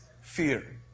fear